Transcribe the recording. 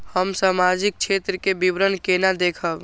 हम सामाजिक क्षेत्र के विवरण केना देखब?